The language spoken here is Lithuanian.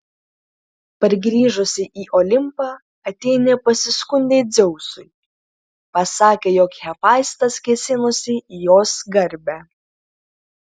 pargrįžusi į olimpą atėnė pasiskundė dzeusui pasakė jog hefaistas kėsinosi į jos garbę